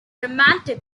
romantic